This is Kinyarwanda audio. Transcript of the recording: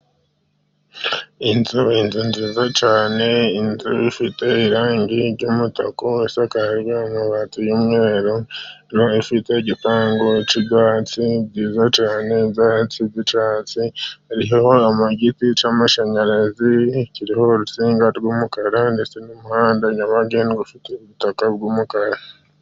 Inzu inzu nziza cyane, inzu ifite irangi ry'umutuku, isakajwe n'amabati y'umweru, ifite igipangu ki byatsi byiza cyane ibyatsi by'icyatsi, iriho igiti cyamashanyarazi kiriho urusinga rw'umukara, ndetse n'umuhanda nyabagerwa ufite ubutaka bw'umukara.